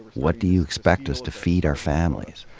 what do you expect us to feed our families?